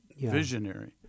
Visionary